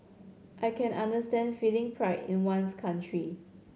I can understand feeling pride in one's country